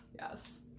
Yes